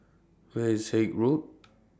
Where IS Haig Road